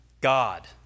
God